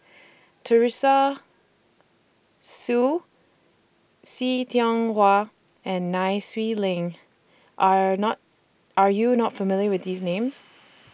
Teresa Hsu See Tiong Wah and Nai Swee Leng Are not Are YOU not familiar with These Names